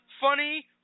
funny